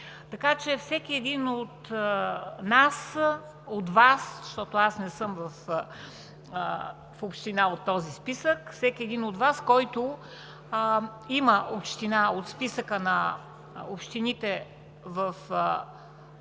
България. Всеки един от нас, от Вас, защото аз не съм в община от този списък, всеки един от Вас, който има община от списъка на общините в курортите